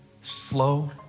slow